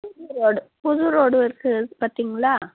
புது ரோடு புது ரோடு இருக்குது பார்த்தீங்களா